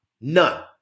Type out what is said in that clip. none